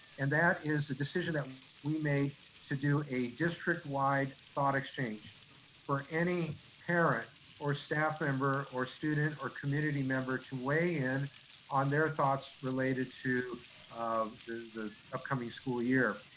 and that is the decision that um we made to do a district wide thought exchange for any parent or staff member or student or community member to weigh in on their thoughts related to um the upcoming school year.